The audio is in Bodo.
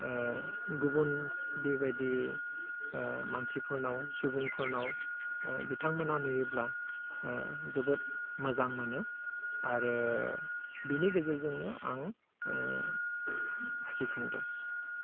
गुबुन बेबायदि मानसिफोरनाव सुबुंफोरनाव बिथांमोनहा नुयोब्ला जोबोद मोजां मोनो आरो बेनि गेजेरजोंनो आं आखि खांदों